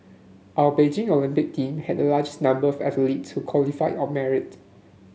our Beijing Olympic team had the largest number of athletes who qualified on merit